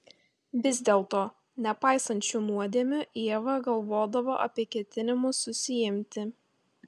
vis dėlto nepaisant šių nuodėmių ieva galvodavo apie ketinimus susiimti